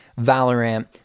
Valorant